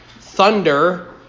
Thunder